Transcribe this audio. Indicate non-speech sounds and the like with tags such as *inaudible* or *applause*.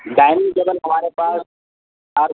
dining table ہمارے پاس *unintelligible*